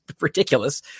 ridiculous